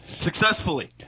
successfully